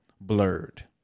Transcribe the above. blurred